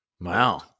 Wow